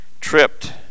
tripped